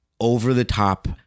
over-the-top